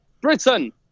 Britain